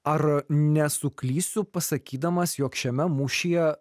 ar nesuklysiu pasakydamas jog šiame mūšyje